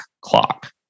clock